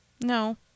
No